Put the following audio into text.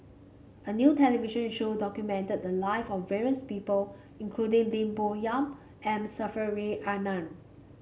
a new television show documented the life of various people including Lim Bo Yam M Saffri A Manaf